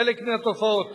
חלק מהתופעות